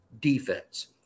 defense